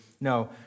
No